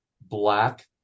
black